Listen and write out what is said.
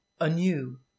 anew